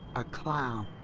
a clown!